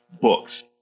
books